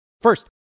First